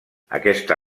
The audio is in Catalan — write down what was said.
aquesta